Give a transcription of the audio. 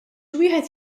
wieħed